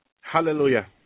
Hallelujah